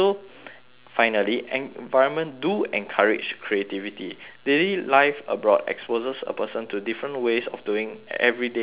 finally environment do encourage creativity daily life abroad exposes a person to different ways of doing everyday activities